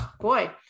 boy